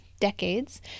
decades